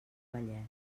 vallès